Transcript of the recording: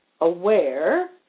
aware